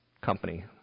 company